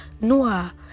Noah